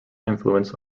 influence